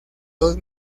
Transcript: dos